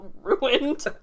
ruined